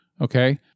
okay